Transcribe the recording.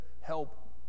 help